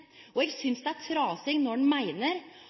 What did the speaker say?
Eg synest det er trasig når ein meiner